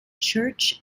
church